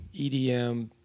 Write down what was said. EDM